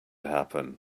happen